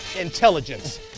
intelligence